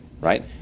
right